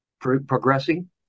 progressing